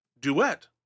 duet